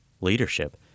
leadership